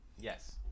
Yes